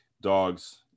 dogs